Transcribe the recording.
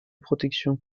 protection